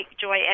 Joy